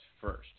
first